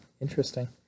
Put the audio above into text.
Interesting